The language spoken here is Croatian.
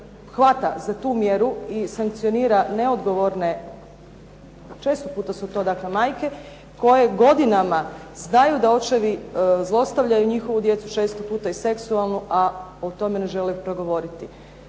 hvata za tu mjeru i sankcionira neodgovorne, često puta su to dakle majke, koje godinama znaju da očevi zlostavljaju njihovu djecu, često puta i seksualno, a o tome ne žele progovoriti.